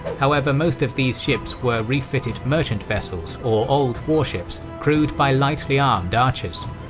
however, most of these ships were refitted merchant vessels or old warships, crewed by lightly armed archers.